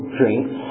drinks